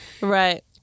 right